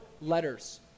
letters